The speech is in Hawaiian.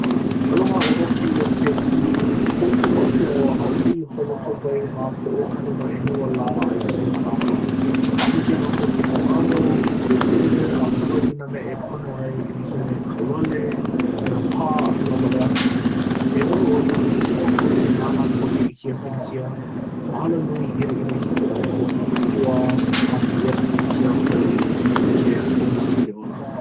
Aloha, ʻo wau kēia ʻo Kealiʻi. He hoʻomaopopo aku au, ʻaʻole i holo ka wai ma koʻu hale no ʻelua lā a i kēia manawa. ʻAʻole hiki iā mākou ke ʻauʻau, kuke, a holoi i nā mea e pono ai e like me ka lole, nā pā, pēlā wale aku. E ʻoluʻolu, hiki iā ʻoukou ke nānā koke i kēia pilikia? Mahalo nui ʻia inā hiki iā ʻoukou ke kōkua ma kēia pilikia wai i hiki ke hoʻomau i ke ola.